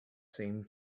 seemed